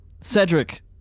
Cedric